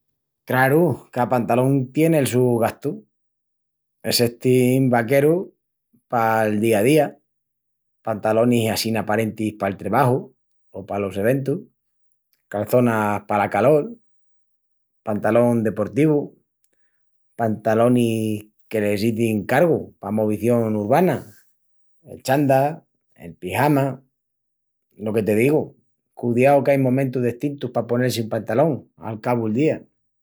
Craru, ca pantalón tien el su gastu. Essestin vaquerus pal día a día, pantalonis assín aparentis pal trebaju o palos eventus, calçonas pala calol, pantalón deportivu, pantalonis que les izin Cargu pa movición urbana, el chanda, el pijama. Lo que te digu, cudiau que ain momentus destintus pa ponel-si un pantalón al cabu'l día.